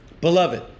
beloved